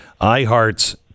iHeart's